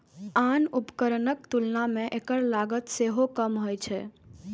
आन उपकरणक तुलना मे एकर लागत सेहो कम होइ छै